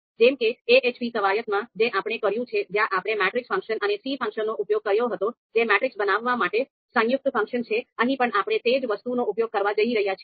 જેમ કે AHP કવાયતમાં જે આપણે કર્યું છે જ્યાં આપણે મેટ્રિક્સ ફંક્શન અને c ફંક્શનનો ઉપયોગ કર્યો હતો જે મેટ્રિક્સ બનાવવા માટે સંયુક્ત ફંક્શન છે અહીં પણ આપણે તે જ વસ્તુનો ઉપયોગ કરવા જઈ રહ્યા છીએ